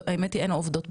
עובדים